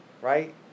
right